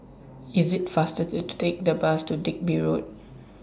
IT IS faster to Take The Bus to Digby Road